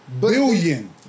Billion